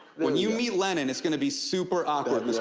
when you meet lenin, it's gonna be super awkward, mr.